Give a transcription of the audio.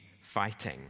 fighting